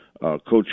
Coach